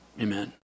Amen